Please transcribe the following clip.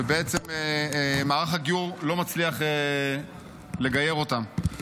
ומערך הגיור לא מצליח לגייר אותם.